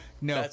no